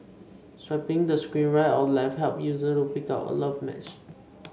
swiping the screen right or left helps users pick out a love match